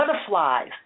butterflies